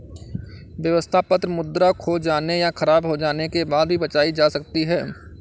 व्यवस्था पत्र मुद्रा खो जाने या ख़राब हो जाने के बाद भी बचाई जा सकती है